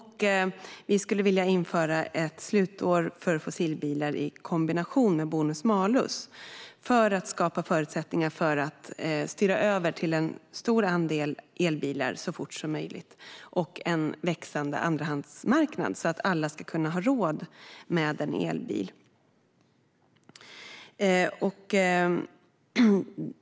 Vi skulle vilja införa ett slutår för fossilbilar i kombination med bonus-malus för att skapa förutsättningar att styra över till en stor andel elbilar så fort som möjligt och till en växande andrahandsmarknad, så att alla ska kunna ha råd med en elbil.